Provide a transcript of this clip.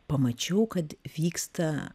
pamačiau kad vyksta